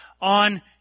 on